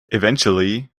eventually